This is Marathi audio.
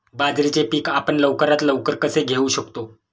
बाजरीचे पीक आपण लवकरात लवकर कसे घेऊ शकतो?